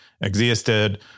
existed